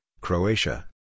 Croatia